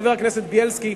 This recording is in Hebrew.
חבר הכנסת בילסקי,